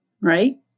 right